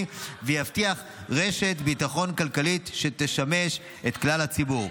ויבטיח רשת ביטחון כלכלית שתשמש את כלל הציבור.